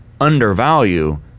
undervalue